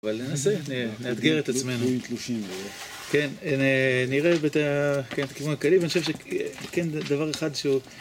אבל ננסה, נאתגר את עצמנו.